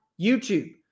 YouTube